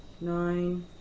nine